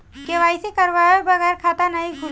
KYC करवाये बगैर खाता नाही खुली?